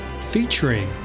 featuring